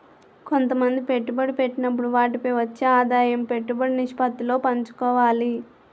కొంతమంది పెట్టుబడి పెట్టినప్పుడు వాటిపై వచ్చే ఆదాయం పెట్టుబడి నిష్పత్తిలో పంచుకోవాలి